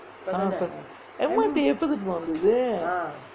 M_R_T எப்போ தெரிமா வந்தது:eppo terimaa vanthathu